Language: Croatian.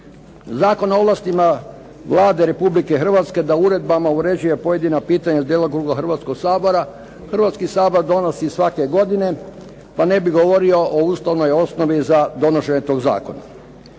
Zakon o ovlastima Vlade Republike Hrvatske da uredbama uređuje pojedino pitanje djelokruga hrvatskog Sabora, Hrvatski Sabor donosi svake godine pa ne bih govorio o ustavnoj osnovi za donošenje tog zakona.